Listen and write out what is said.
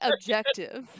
objective